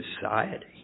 society